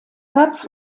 satz